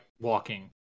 walking